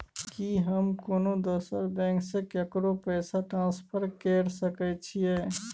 की हम कोनो दोसर बैंक से केकरो पैसा ट्रांसफर कैर सकय छियै?